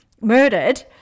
murdered